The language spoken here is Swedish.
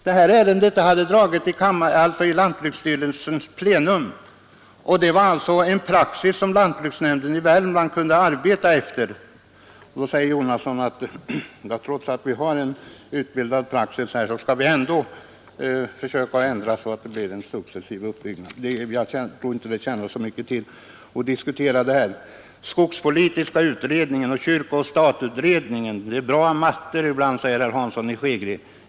Detta ärende hade avgjorts vid lantbruksstyrelsens plenum och utgjorde alltså praxis, som lantbruksnämnden i Värmland kunde arbeta efter. Då säger herr Jonasson att vi trots att vi har en utbildad praxis ändå skulle försöka ändra så att det blir en successiv utbyggnad. Jag tror inte det tjänar så mycket till att diskutera med herr Jonasson längre. Vi har skogspolitiska utredningen och kyrka—stat-utredningen. Det är bra med mattor ibland, säger herr Hansson i Skegrie.